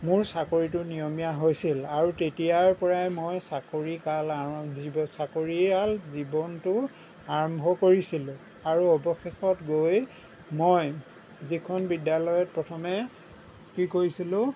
মোৰ চাকৰিটো নিয়মীয়া হৈছিল আৰু তেতিয়াৰ পৰাই মই চাকৰিয়ালকাল জী চাকৰিয়াল জীৱনটো আৰম্ভ কৰিছিলোঁ আৰু অৱশেষত গৈ মই যিখন বিদ্যালয়ত মই প্ৰথমে কি কৈছিলোঁ